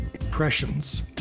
impressions